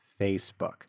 Facebook